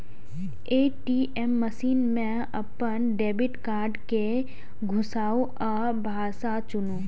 ATM machine मे अपन debit card कें घुसाउ आ भाषा चुनू